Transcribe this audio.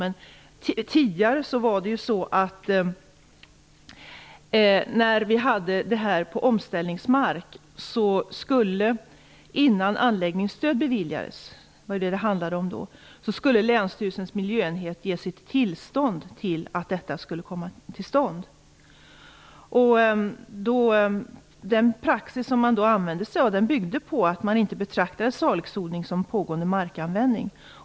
Men tidigare, när odlingen skedde på omställningsmark, var det länsstyrelsens miljöenhet som skulle ge sitt tillstånd innan anläggningsstöd beviljades. Den praxis som man då använde sig av byggde på att salixodling inte betraktades som markanvändning.